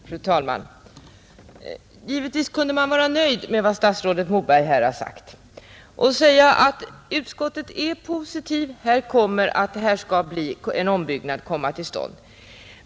Fru talman! Givetvis kunde man vara nöjd med vad statsrådet Moberg här har sagt. Utskottet är positivt till att en ombyggnad kommer till stånd.